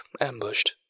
ambushed